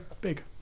big